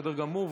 בסדר גמור.